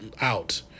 out